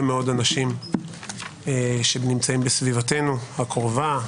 מאוד אנשים שנמצאים בסביבתנו הקרובה,